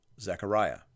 Zechariah